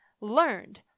learned